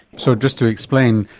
so just to explain,